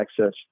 access